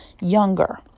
younger